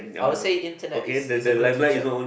I would say internet is a good teacher